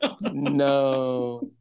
No